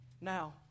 Now